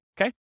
Okay